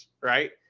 right